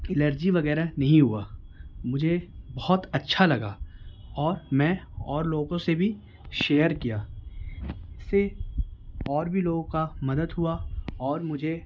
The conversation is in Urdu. الرجی وغیرہ نہیں ہوا مجھے بہت اچھا لگا اور میں اور لوگوں سے بھی شیئر کیا اس سے اور بھی لوگوں کا مدد ہوا اور مجھے